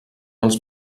els